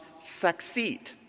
succeed